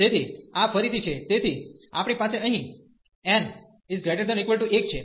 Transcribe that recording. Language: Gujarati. તેથી આ ફરીથી છે તેથી આપણી પાસે અહીં n≥1 છે